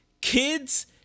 Kids